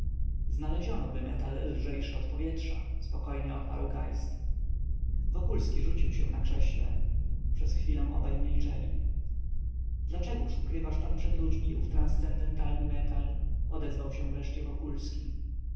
wokulski znalezionoby metal lżejszy od powietrza spokojnie odparł geist wokulski rzucił się na krześle przez chwilę obaj milczeli dlaczegóż ukrywasz pan przed ludźmi ów transcendentalny metal odezwał się wreszcie wokulski